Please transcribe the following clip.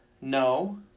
No